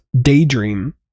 daydream